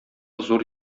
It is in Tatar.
зур